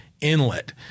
inlet